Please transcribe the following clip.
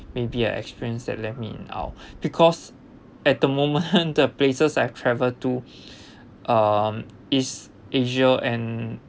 maybe a experience that left me in awe because at the moment the places I've travel to um east asia and